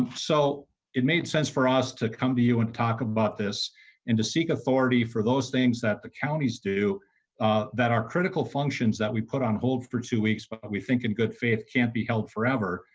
um so it made sense for us to come to you and talk but this in to seek authority for those things that the counties that are critical functions that we put on hold for two weeks. but but we think in good faith can be held forever.